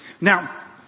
Now